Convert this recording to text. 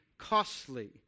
Costly